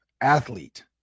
athlete